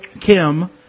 Kim